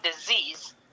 disease